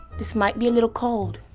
this might be a little cold.